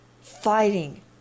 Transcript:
fighting